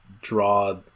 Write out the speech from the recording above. draw